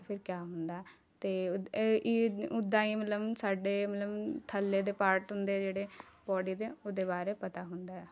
ਫਿਰ ਕਿਆ ਹੁੰਦਾ ਅਤੇ ਇਹ ਇਹ ਉੱਦਾਂ ਹੀ ਮਤਲਬ ਸਾਡੇ ਮਤਲਬ ਥੱਲੇ ਦੇ ਪਾਰਟ ਹੁੰਦੇ ਜਿਹੜੇ ਬੌਡੀ ਦੇ ਉਹਦੇ ਬਾਰੇ ਪਤਾ ਹੁੰਦਾ ਹੈ